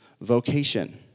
vocation